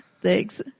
Thanks